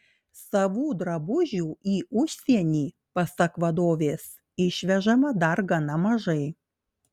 savų drabužių į užsienį pasak vadovės išvežama dar gana mažai